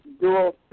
dual